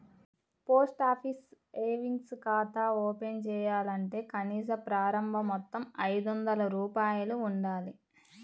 post office savings ఖాతా open చేయాలంటే కనీస ప్రారంభ మొత్తం ఐదొందల రూపాయలు ఉండాలి